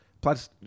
plus